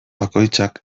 bakoitzak